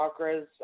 chakras